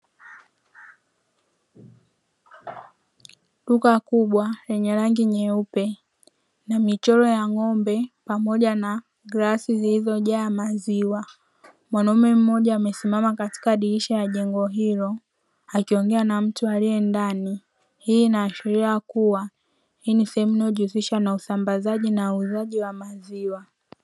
Duka kubwa lenye rangi nyeupe na michoro ya ng'ombe pamoja na glasi zilizojaa maziwa. Mwanaume mmoja amesimama katika dirisha la jengo hilo akiongea na mtu aliye ndani. Hii inaashiria kua hii ni sehemu inayo jihusisha na usambazaji na uuzaji wa maziwa